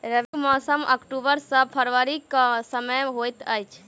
रबीक मौसम अक्टूबर सँ फरबरी क समय होइत अछि